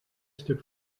stuk